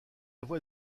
voix